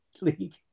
League